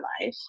life